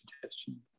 suggestion